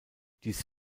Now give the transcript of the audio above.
dies